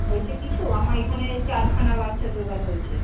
হয়েছে কিছু আমার এখানে চারখানা বাচ্চা জোগাড় হয়েছে